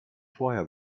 vorher